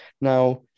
Now